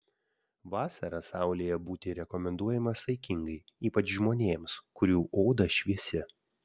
vasarą saulėje būti rekomenduojama saikingai ypač žmonėms kurių oda šviesi